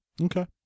Okay